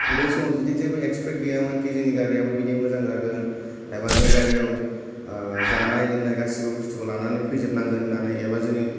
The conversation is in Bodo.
बै समाव बिदि एक्सपेक्ट गैयामोन कि जोंनि गारियाबो बिदि मोजां जागोन एबा जों गारिआव जानाय लोंनाय गासिबो बुस्तुखौ लानानै फैजोबनांगोन होननानै एबा जोंनि